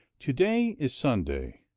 to day is sunday,